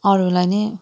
अरूलाई नै